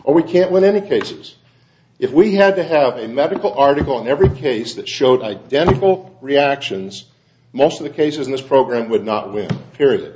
or we can't win any cases if we had to have a medical article in every case that showed identical reactions most of the cases in this program would not win serio